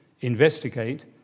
investigate